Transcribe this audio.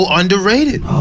underrated